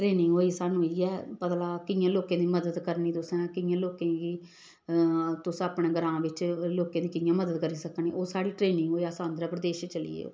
training होई सानूं इ'यै पता लग्गा कि कियां लोकें दी मदद करनी तुसें कि'यां लोकें गी तुस अपने ग्रांऽ बिच्च लोकें दी कि'यां मदद करी सकने ओह् साढ़ी ट्रेनिंग होए अस आंध्रा प्रदेश चली गे